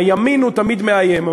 הימין תמיד מאיים.